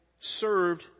served